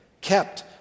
kept